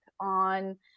on